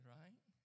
right